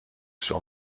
sur